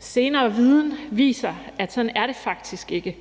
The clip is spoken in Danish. Senere viden viser, at sådan er det faktisk ikke.